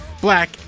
Black